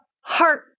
heart